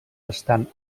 estan